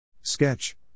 Sketch